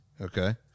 Okay